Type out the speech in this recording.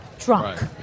Drunk